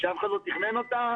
שאף אחד לא תכנן אותה.